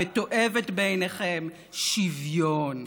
המתועבת בעיניכם "שוויון".